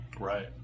Right